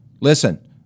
listen